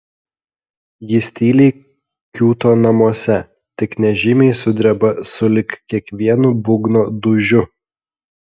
jis tyliai kiūto namuose tik nežymiai sudreba sulig kiekvienu būgno dūžiu